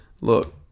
Look